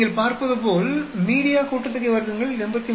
நீங்கள் பார்ப்பதுபோல் மீடியா கூட்டுத்தொகை வர்க்கங்கள் 83